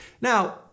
Now